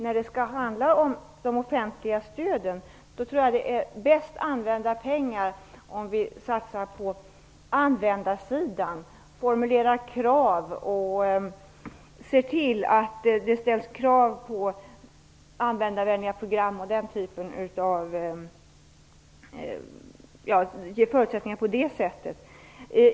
Om det skall vara offentliga stöd, tror jag att det är bäst använda pengar att satsa på användarsidan, se till att det ställs krav på användarvänliga program och den typen av förutsättningar.